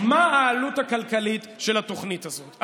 מה העלות הכלכלית של התוכנית הזאת.